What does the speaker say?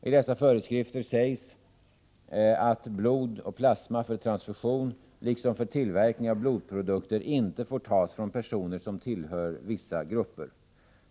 I dessa föreskrifter sägs att blod och plasma för transfusion, liksom för tillverkning av blodprodukter, inte får tas från personer som tillhör vissa grupper.